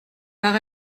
par